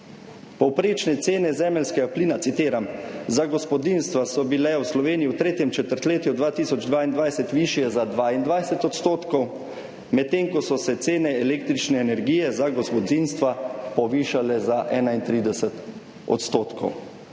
Povprečne cene zemeljskega plina, citiram, za gospodinjstva so bile v Sloveniji v tretjem četrtletju 2022 višje za 22 %, medtem ko so se cene električne energije za gospodinjstva povišale za 31 %.